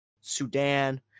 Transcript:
Sudan